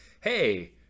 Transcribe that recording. hey